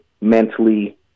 mentally